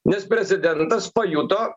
nes prezidentas pajuto